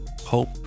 hope